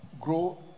grow